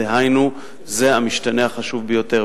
דהיינו, זה המשתנה החשוב ביותר.